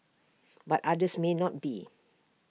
but others may not be